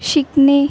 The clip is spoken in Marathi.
शिकणे